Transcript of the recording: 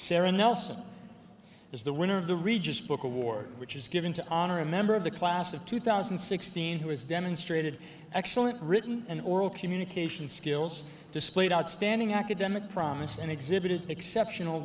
sara nelson is the winner of the regis book award which is given to honor a member of the class of two thousand and sixteen who has demonstrated excellent written and oral communication skills displayed outstanding academic promise and exhibited exceptional